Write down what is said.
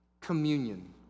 Communion